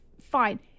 fine